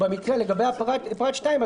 לגבי פרט 2,